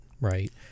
Right